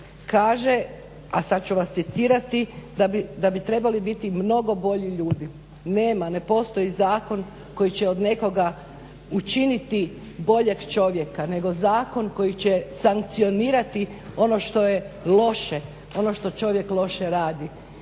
kaže a sad ću vas citirati da bi trebali biti mnogo bolji ljudi. Nema, ne postoji zakon koji će od nekoga učiniti boljeg čovjeka nego zakon koji će sankcionirati ono što je loše, ono što čovjek loše radi.